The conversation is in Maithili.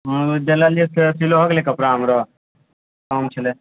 देलेलियै से सिलो हो गेलै कपड़ा हमरो काम छलै